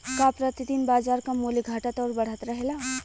का प्रति दिन बाजार क मूल्य घटत और बढ़त रहेला?